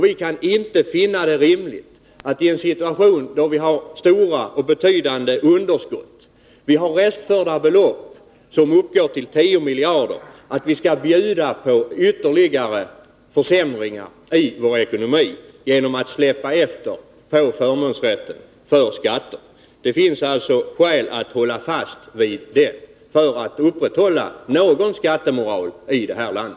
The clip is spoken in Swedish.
Vi kan inte finna det rimligt att i en situation med stora underskott, med restförda skatter på 10 miljarder kronor, tillåta ytterligare försämringar i vår ekonomi genom att släppa efter på förmånsrätten för skatter. Det finns alltså skäl att hålla fast vid dem för att upprätthålla någon skattemoral i detta land.